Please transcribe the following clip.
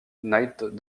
knights